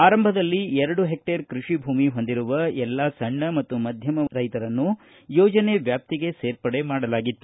ಆರಂಭದಲ್ಲಿ ಎರಡು ಪೆಕ್ಷೇರ್ ಕೃಷಿಭೂಮಿ ಹೊಂದಿರುವ ಎಲ್ಲಾ ಸಣ್ಣ ಮತ್ತು ಮಧ್ಯಮ ರೈತರನ್ನು ಯೋಜನೆ ವ್ಯಾಪ್ತಿಗೆ ಸೇರ್ಪಡೆ ಮಾಡಲಾಗಿತ್ತು